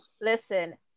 listen